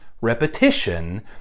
repetition